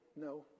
no